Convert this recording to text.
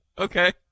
Okay